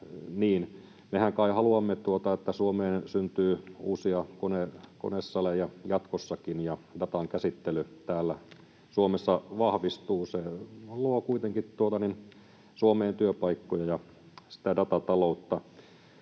mehän kai haluamme, että Suomeen syntyy uusia konesaleja jatkossakin ja datan käsittely täällä Suomessa vahvistuu. Se luo kuitenkin Suomeen työpaikkoja ja sitä datataloutta